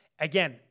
Again